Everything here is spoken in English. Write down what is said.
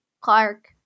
Clark